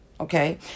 Okay